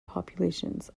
populations